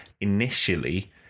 initially